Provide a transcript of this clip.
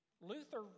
Luther